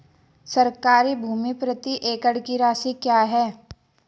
सरकारी भूमि प्रति एकड़ की राशि क्या है?